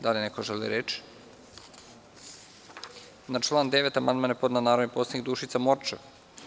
Da li neko želi reč? (Ne.) Na član 9. amandman je podnela narodni poslanik Dušica Morčev.